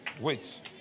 wait